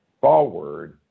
forward